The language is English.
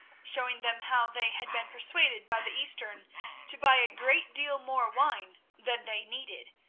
showing them how they had been persuaded by the eastern to buy a great deal more wine than they needed,